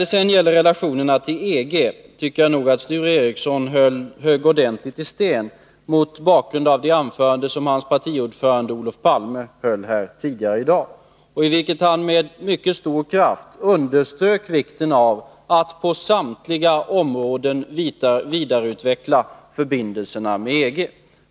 När det gäller relationerna till EG tycker jag att Sture Ericson högg ordentligt i sten mot bakgrund av det anförande som hans partiordförande Olof Palme höll tidigare i dag. I det underströk han med mycket stor kraft vikten av att på samtliga områden vidareutveckla förbindelserna med EG.